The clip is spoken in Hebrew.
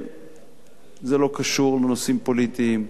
זה לא קשור לנושאים פוליטיים.